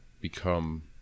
become